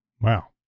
wow